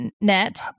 Net